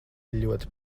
ļoti